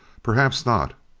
perhaps not.